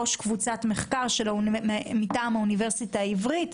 ראש קבוצת מחקר מטעם האוניברסיטה העברית.